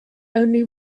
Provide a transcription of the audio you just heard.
only